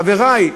חברי,